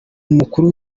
umukuru